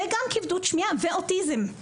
וגם כבדות שמיעה ואוטיזם.